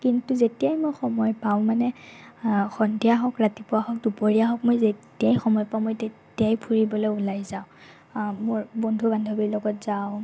কিন্তু যেতিয়াই মই সময় পাওঁ মানে সন্ধিয়া হওক ৰাতিপুৱা হওক দুপৰীয়া হওক মই যেতিয়াই সময় পাওঁ মই তেতিয়াই ফুৰিবলৈ ওলাই যাওঁ মোৰ বন্ধু বান্ধৱীৰ লগত যাওঁ